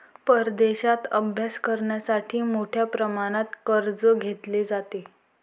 परदेशात अभ्यास करण्यासाठी मोठ्या प्रमाणात कर्ज घेतले जाते